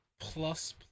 Plus